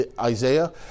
Isaiah